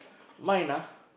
mine lah